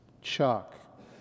Chuck